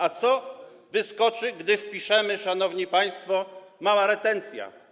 A co wyskoczy, gdy wpiszemy, szanowni państwo: „mała retencja”